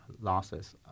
losses